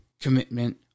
commitment